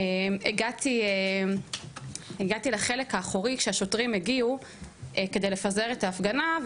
הגעתי לחלק האחורי כשהשוטרים הגיעו כדי לפזר את ההפגנה,